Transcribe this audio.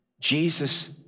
Jesus